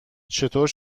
چطور